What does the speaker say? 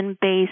based